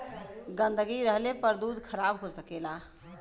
गन्दगी रहले पर दूध खराब हो सकेला